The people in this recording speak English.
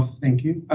thank you.